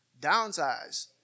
downsize